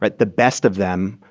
but the best of them,